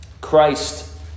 Christ